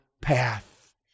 path